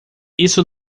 isso